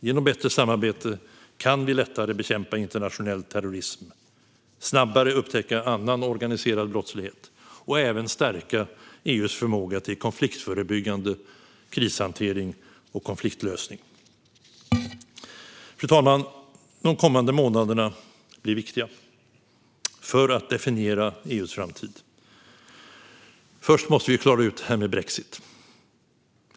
Genom bättre samarbete kan vi lättare bekämpa internationell terrorism, snabbare upptäcka annan organiserad brottslighet och även stärka EU:s förmåga till konfliktförebyggande krishantering och konfliktlösning. Fru talman! De kommande månaderna blir viktiga för att definiera EU:s framtid. Först måste vi klara ut det här med brexit.